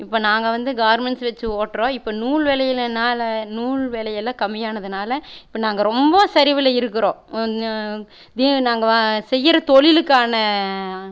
இப்போ நாங்கள் வந்து கார்மென்ட்ஸ் வெச்சு ஓட்டறோம் இப்போ நூல் விலையிலனால நூல் வெலையெல்லாம் கம்மியானதினால இப்போ நாங்கள் ரொம்ப சரிவில் இருக்கிறோம் இதையே நாங்கள் வா செய்கிற தொழிலுக்கான